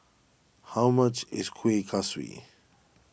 how much is Kueh Kaswi